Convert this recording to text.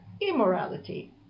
immorality